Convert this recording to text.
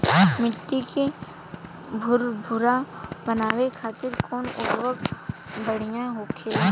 मिट्टी के भूरभूरा बनावे खातिर कवन उर्वरक भड़िया होखेला?